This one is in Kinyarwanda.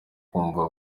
kumva